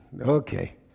Okay